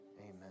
Amen